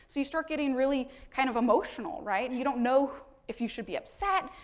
so you start getting really kind of emotional, right, and you don't know if you should be upset,